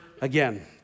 again